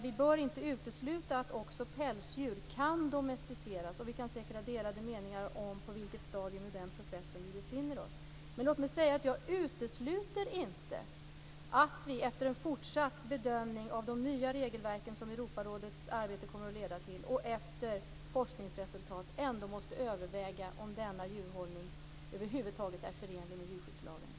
Vi bör inte utesluta att också pälsdjur kan domesticeras, och vi kan säkert ha delade meningar om på vilket stadium i den processen vi befinner oss. Låt mig säga att jag inte utesluter att vi efter en fortsatt bedömning av de nya regelverk som Europarådets arbete kommer att leda till och efter forskningsresultat ändå måste överväga om denna djurhållning över huvud taget är förenlig med djurskyddslagen.